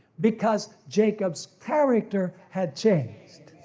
because jacob's character had changed.